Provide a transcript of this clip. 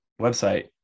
website